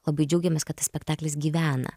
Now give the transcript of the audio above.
labai džiaugiamės kad tas spektaklis gyvena